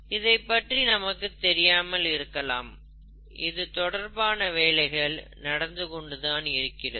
இதைப் பற்றி நமக்கு தெரியாமல் இருக்கலாம் இது தொடர்பான வேலைகள் நடந்து கொண்டுதான் இருக்கிறது